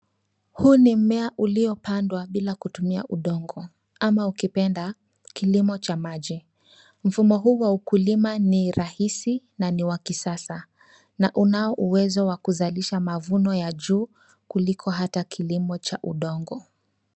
Huu ni mmea uliopandwa bila kutumia udongo, ama ukipenda kilimo cha maji. Mfumo huu wa ukulima ni rahisi na ni wa kisasa. Na unao uwezo wa kuzalisha mavuno ya juu kuliko hata kilimo cha udongo.